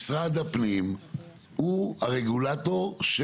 משרד הפנים הוא הרגולטור,